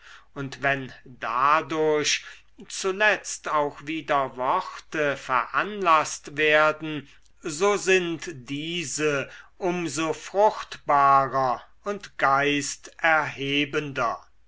und wenn dadurch zuletzt auch wieder worte veranlaßt werden so sind diese um so fruchtbarer und geisterhebender